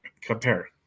compare